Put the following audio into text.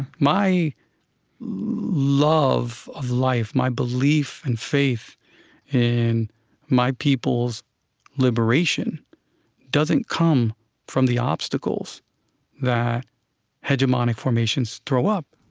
my love of life, my belief and faith in my people's liberation doesn't come from the obstacles that hegemonic formations throw up.